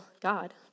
God